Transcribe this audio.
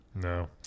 No